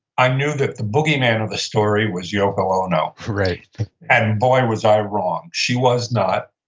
i knew that the bogeyman of the story was yoko ono right and boy, was i wrong. she was not.